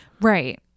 right